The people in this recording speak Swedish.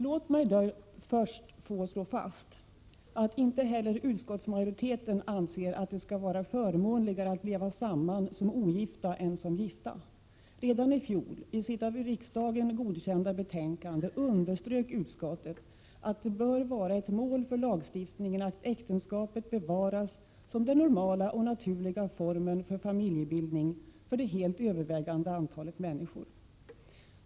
Låt mig då först slå fast att inte heller utskottsmajoriteten anser att det skall vara förmånligare att leva samman som ogifta än som gifta. Redan i fjol underströk utskottet i sitt av riksdagen godkända betänkande att det bör vara ett mål för lagstiftningen att äktenskapet bevaras som den normala och naturliga formen för familjebildning för det helt övervägande antalet människor.